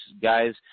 guys